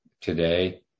today